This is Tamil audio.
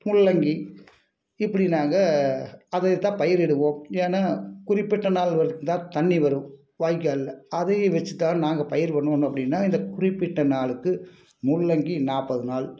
முள்ளங்கி இப்படி நாங்கள் அதே தான் பயிரிடுவோம் ஏன்னா குறிப்பிட்ட நாள் வரைக்கும் தான் தண்ணி வரும் வாய்க்கால்ல அதையே வச்சி தான் நாங்கள் பயிர் பண்ணோம்னு அப்படின்னா இந்த குறிப்பிட்ட நாளுக்கு முள்ளங்கி நாற்பது நாள்